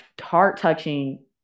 heart-touching